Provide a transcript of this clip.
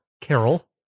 Carol